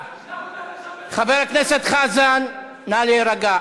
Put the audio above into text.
נשלח אותך לשם, חבר הכנסת חזן, נא להירגע.